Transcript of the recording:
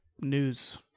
news